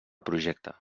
projecte